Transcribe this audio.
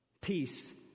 peace